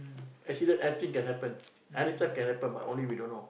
accident anything can happen anytime can happen but only we don't know